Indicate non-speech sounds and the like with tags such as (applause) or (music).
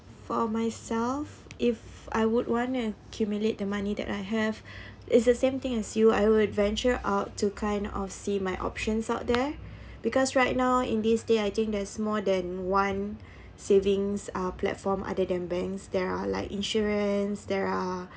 for myself if I would want and accumulate the money that I have (breath) is the same thing as you I would venture out to kind of see my options out there (breath) because right now in this day I think there's more than one (breath) savings or platform other than banks there are like insurance there are